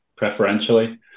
preferentially